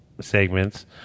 segments